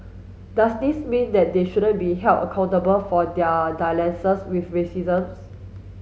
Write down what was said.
does this mean that they shouldn't be held accountable for their dalliances with racism's